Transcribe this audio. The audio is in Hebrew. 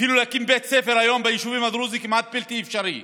אפילו להקים בית ספר היום ביישובים הדרוזיים כמעט בלתי אפשרי